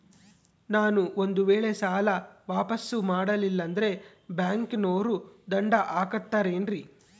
ನಾನು ಒಂದು ವೇಳೆ ಸಾಲ ವಾಪಾಸ್ಸು ಮಾಡಲಿಲ್ಲಂದ್ರೆ ಬ್ಯಾಂಕನೋರು ದಂಡ ಹಾಕತ್ತಾರೇನ್ರಿ?